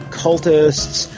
cultists